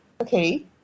Okay